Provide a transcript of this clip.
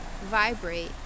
vibrate